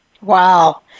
Wow